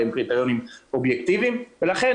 לכן,